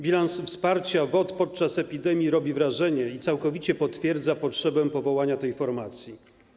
Bilans wsparcia WOT podczas epidemii robi wrażenie i całkowicie potwierdza potrzebę powołania tej formacji.